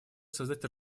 создать